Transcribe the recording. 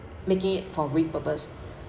making it for repurpose